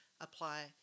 apply